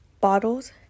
bottles